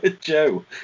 Joe